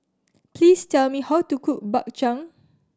please tell me how to cook Bak Chang